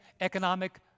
economic